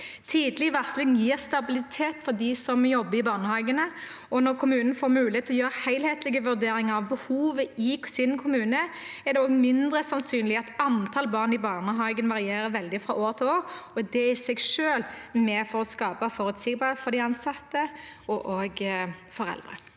Tidlig varsling gir stabilitet for dem som jobber i barnehagene, og når kommunen får mulighet til å gjøre helhetlige vurderinger av behovet i sin kommune, er det også mindre sannsynlig at antall barn i barnehagene varierer veldig fra år til år. Det er i seg selv med på å skape forutsigbarhet for de ansatte og foreldre.